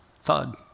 thud